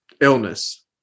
illness